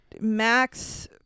Max